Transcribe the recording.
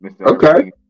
okay